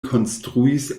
konstruis